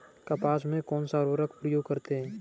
कपास में कौनसा उर्वरक प्रयोग करते हैं?